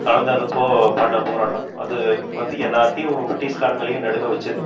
கலந்ததப்போ பண்ண போராட்டம் அது வந்து எல்லாத்தையும் பிரிட்டிஷ்காரங்களையும் நடுங்க வச்சுது